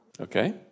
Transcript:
Okay